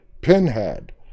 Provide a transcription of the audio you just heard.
Pinhead